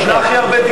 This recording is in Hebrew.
היא הסיעה הכי חשובה.